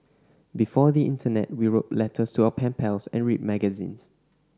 before the internet we wrote letters to our pen pals and read magazines